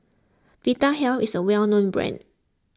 Vitahealth is a well known brand